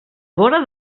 vora